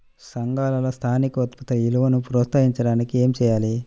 సంఘాలలో స్థానిక ఉత్పత్తుల విలువను ప్రోత్సహించడానికి ఏమి చేయాలి?